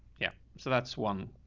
yeah, so that's one.